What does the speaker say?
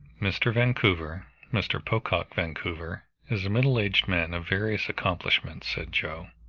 mr. vancouver mr. pocock vancouver is a middle-aged man of various accomplishments, said joe,